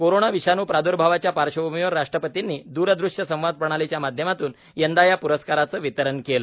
corona विषाणू प्रादुर्भावाच्यापार्श्वभूमीवर राष्ट्रपतींनी दूरदृष्य संवाद प्रणालीच्या माध्यमातून यंदा या प्रस्कारांचंवितरण केलं